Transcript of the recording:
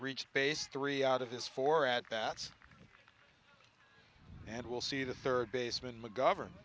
reached base three out of his four at bats and will see the third baseman mcgovern